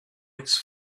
its